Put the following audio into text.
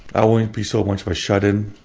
i wouldn't be so much of a shut-in